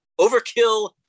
Overkill